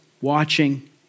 watching